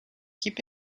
keep